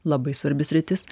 labai svarbi sritis